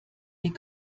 wie